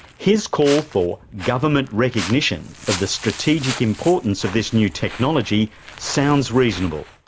his call for government recognition of the strategic importance of this new technology sounds reasonable.